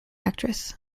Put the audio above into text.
actress